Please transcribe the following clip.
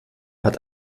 hat